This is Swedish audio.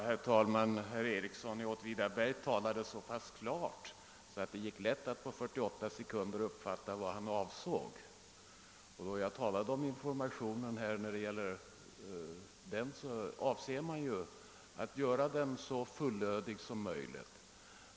Herr talman! Herr Ericsson i Åtvidaberg talade så klart att det gick lätt att på 48 sekunder uppfatta vad han avsåg. Avsikten är ju att göra informationen så fullödig som möjligt.